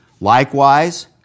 Likewise